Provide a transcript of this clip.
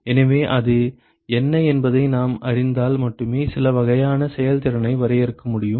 எனவே அது என்ன என்பதை நாம் அறிந்தால் மட்டுமே சில வகையான செயல்திறனை வரையறுக்க முடியும்